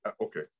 Okay